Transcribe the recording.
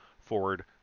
forward